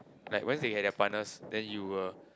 like when's they had their partners then you will